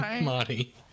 Marty